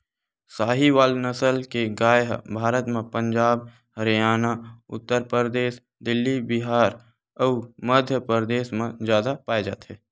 साहीवाल नसल के गाय ह भारत म पंजाब, हरयाना, उत्तर परदेस, दिल्ली, बिहार अउ मध्यपरदेस म जादा पाए जाथे